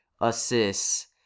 assists